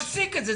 להפסיק את זה,